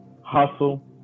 Hustle